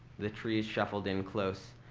the trees shuffled in close.